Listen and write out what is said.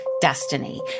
destiny